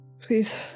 please